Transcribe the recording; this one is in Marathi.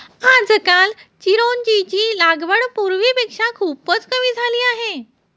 आजकाल चिरोंजीची लागवड पूर्वीपेक्षा खूपच कमी झाली आहे